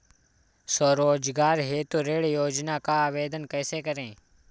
स्वरोजगार हेतु ऋण योजना का आवेदन कैसे करें?